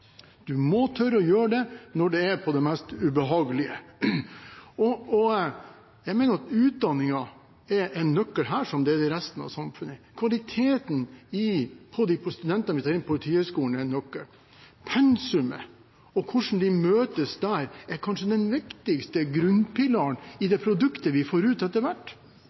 Du må tørre å gjøre det når det er på det mest ubehagelige. Jeg mener at utdanningen er en nøkkel her, som det er i resten av samfunnet. Kvaliteten på de studentene vi tar inn på Politihøgskolen, er en nøkkel. Pensumet og hvordan de møtes der, er kanskje den viktigste grunnpilaren i det produktet vi får ut etter hvert,